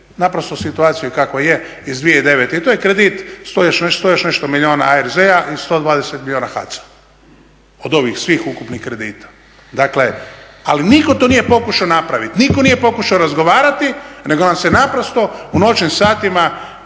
naprosto situacija kakva je iz 2009. I to je kredit 100 i još nešto milijuna ARZ-a i 120 milijuna HAC-a od ovih svih ukupnih kredita. Ali nitko to nije pokušao napraviti, nitko nije pokušao razgovarati nego nam se naprosto u noćnim satima